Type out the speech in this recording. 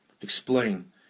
explain